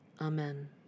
Amen